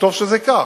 וטוב שזה כך.